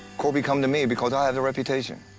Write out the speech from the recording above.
corby come to me because i have the reputation.